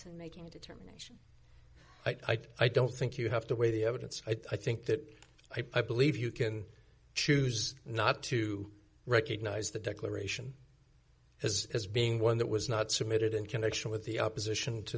and making it a term i don't think you have to weigh the evidence i think that i believe you can choose not to recognize the declaration as being one that was not submitted in connection with the opposition to